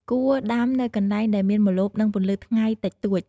គួរដាំនៅកន្លែងដែលមានម្លប់ និងពន្លឺថ្ងៃតិចតួច។